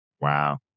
Wow